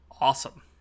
awesome